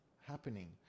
happening